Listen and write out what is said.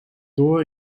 door